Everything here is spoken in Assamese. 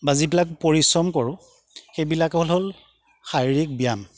বা যিবিলাক পৰিশ্ৰম কৰোঁ সেইবিলাক হ'ল শাৰীৰিক ব্যায়াম